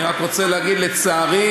אני רק רוצה להגיד שלצערי,